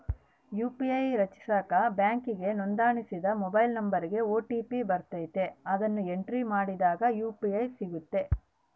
UPI ರಚಿಸಾಕ ಬ್ಯಾಂಕಿಗೆ ನೋಂದಣಿಸಿದ ಮೊಬೈಲ್ ನಂಬರಿಗೆ ಓ.ಟಿ.ಪಿ ಬರ್ತತೆ, ಅದುನ್ನ ಎಂಟ್ರಿ ಮಾಡಿದಾಗ ಯು.ಪಿ.ಐ ಸಿಗ್ತತೆ